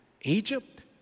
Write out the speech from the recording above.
Egypt